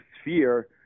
sphere